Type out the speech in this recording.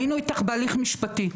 היינו איתך בהליך משפטי,